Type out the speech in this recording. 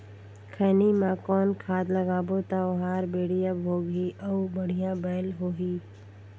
खैनी मा कौन खाद लगाबो ता ओहार बेडिया भोगही अउ बढ़िया बैल होही?